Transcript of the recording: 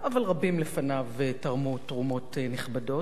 אבל רבים לפניו תרמו תרומות נכבדות.